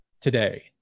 today